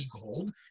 gold